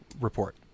report